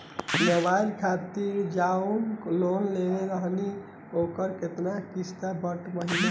Mobile खातिर जाऊन loan लेले रहनी ह ओकर केतना किश्त बाटे हर महिना?